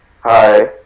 Hi